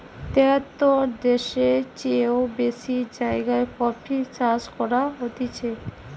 তেয়াত্তর দ্যাশের চেও বেশি জাগায় কফি চাষ করা হতিছে